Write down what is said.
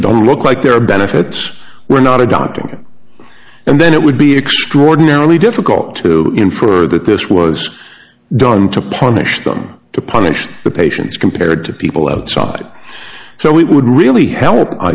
don't look like there are benefits we're not adopting and then it would be extraordinarily difficult to infer that this was done to punish them to punish the patients compared to people outside so it would really help i